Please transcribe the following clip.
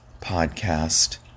podcast